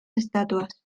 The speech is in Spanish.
estatuas